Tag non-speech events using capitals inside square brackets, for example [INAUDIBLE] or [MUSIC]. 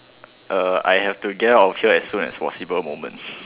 uh I have to get out of here as soon as possible moment [BREATH]